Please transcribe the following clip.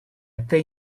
think